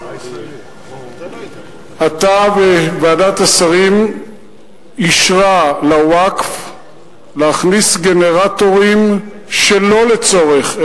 אתה וועדת השרים אישרתם לווקף להכניס גנרטורים שלא לצורך,